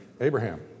Abraham